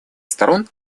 сторон